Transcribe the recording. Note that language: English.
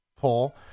pull